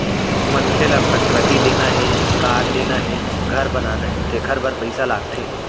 मनखे ल फटफटी लेना हे, कार लेना हे, घर बनाना हे तेखर बर पइसा लागथे